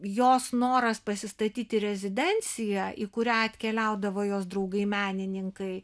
jos noras pasistatyti rezidenciją į kurią atkeliaudavo jos draugai menininkai